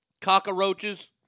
cockroaches